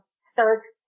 stars